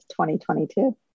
2022